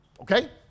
Okay